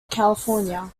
california